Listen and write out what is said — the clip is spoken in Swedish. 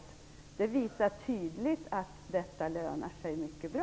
Den visar tydligt att detta lönar sig mycket bra.